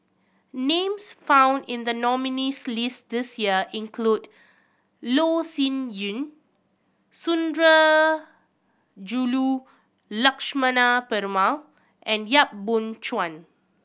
names found in the nominees' list this year include Loh Sin Yun Sundarajulu Lakshmana Perumal and Yap Boon Chuan